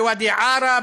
בוואדי-עארה,